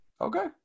okay